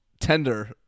tender